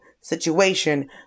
situation